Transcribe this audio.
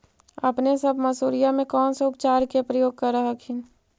अपने सब मसुरिया मे कौन से उपचार के प्रयोग कर हखिन?